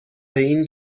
این